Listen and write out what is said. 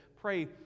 pray